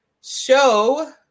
Show